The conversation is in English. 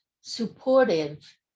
supportive